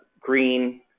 green